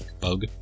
bug